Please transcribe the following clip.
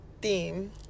theme